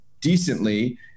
decently